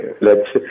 lets